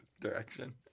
direction